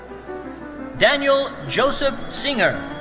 daniel joseph singer.